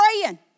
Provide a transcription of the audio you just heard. praying